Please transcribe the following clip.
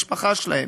המשפחה שלהם.